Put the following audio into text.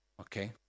okay